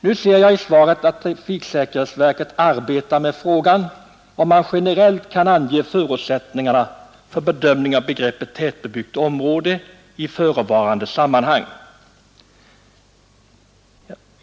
Nu ser jag i svaret att trafiksäkerhetsverket arbetar med frågan, om det skall gå att generellt ange förutsättningarna för en bedömning av begreppet tättbebyggt område i förevarande sammanhang.